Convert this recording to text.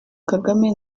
kagame